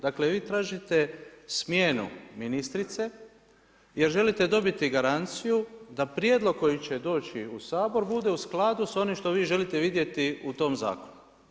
Dakle, vi tražite smjenu ministrice jer želite dobiti garanciju da prijedlog koji će doći u Sabor bude u skladu sa onim što vi želite vidjeti u tom zakonu.